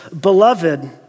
beloved